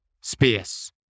Space